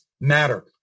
matter